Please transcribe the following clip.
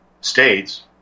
states